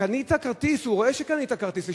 קנית כרטיס, הוא רואה שקנית כרטיס ושילמת,